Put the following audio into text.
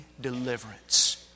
deliverance